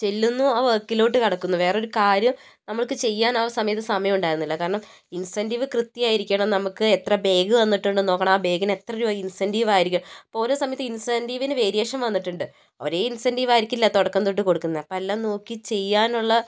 ചെല്ലുന്നു ആ വർക്കിലോട്ട് കടക്കുന്നു വേറൊരു കാര്യം നമുക്ക് ചെയ്യാൻ ആ സമയത്ത് സമയമുണ്ടായിരുന്നില്ല കാരണം ഇൻസെൻറ്റീവ് കൃത്യമായിരിക്കണം നമുക്ക് എത്ര ബാഗ് തന്നിട്ടുണ്ടെന്ന് നോക്കണം ആ ബാഗിന് എത്ര രൂപ ഇൻസെൻറ്റീവായിരിക്കണം ഓരോ സമയത്ത് ഇൻസെൻറ്റീവിന് വേരിയേഷൻ വന്നിട്ടുണ്ട് ഒരേ ഇൻസെൻറ്റീവ് ആയിരിക്കില്ല തുടക്കം തൊട്ട് കൊടുക്കുന്നത് അപ്പെല്ലാം നോക്കി ചെയ്യാനുള്ള